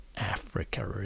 Africa